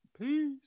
Peace